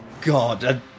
God